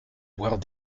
boire